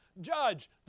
Judge